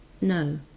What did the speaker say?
No